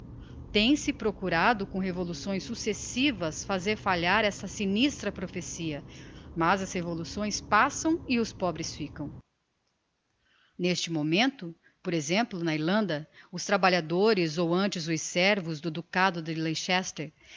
tem-se procurado com revoluções successivas fazer falhar esta sinistra profecia mas as revoluções passam e os pobres ficam n'este momento por exemplo na irlanda os trabalhadores ou antes os servos do ducado de